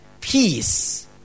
peace